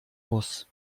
muss